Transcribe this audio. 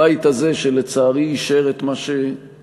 הבית הזה שלצערי אישר את מה שנעשה,